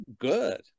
good